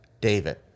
David